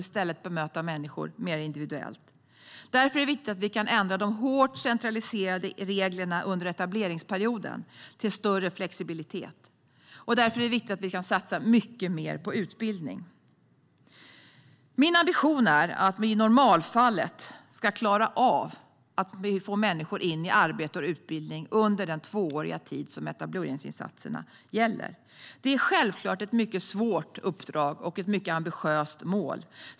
I stället vill vi att människor ska bemötas mer individuellt. Därför är det viktigt att ändra de hårt centraliserade reglerna under etableringsperioden så att det blir större flexibilitet. Det är också viktigt att vi satsar mycket mer på utbildning. Min ambition i normalfallet är att vi ska klara av att få människor in i arbete och utbildning under den tvååriga tid som etableringsinsatserna gäller. Det är självklart ett mycket svårt uppdrag och ett mycket ambitiöst mål.